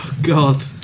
God